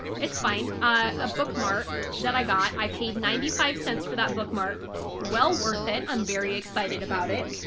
it's fine. a bookmark that i got. i paid ninety five cents for that bookmark well worth it. i'm very excited about it.